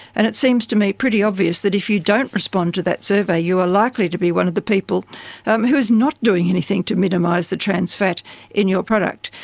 and it seems to me pretty obvious that if you don't respond to that survey, you are likely to be one of the people um who is not doing anything to minimise the trans fat in your product.